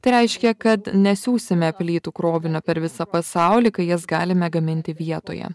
tai reiškia kad nesiųsime plytų krovinio per visą pasaulį kai jas galime gaminti vietoje